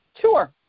Sure